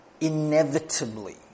inevitably